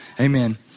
Amen